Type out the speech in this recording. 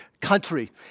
country